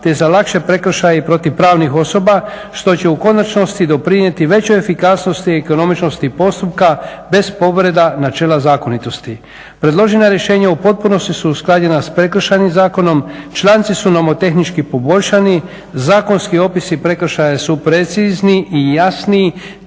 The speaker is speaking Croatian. te za lakše prekršaje i protiv pravnih osoba što će u konačnosti doprinijeti većoj efikasnosti i ekonomičnosti postupka bez povreda načela zakonitosti. Predložena rješenja u potpunosti su usklađena sa Prekršajnim zakonom, članci su nomotehnički poboljšani, zakonski opisi prekršaji su precizni i jasniji